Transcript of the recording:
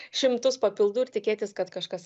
šimtus papildų ir tikėtis kad kažkas